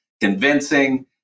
convincing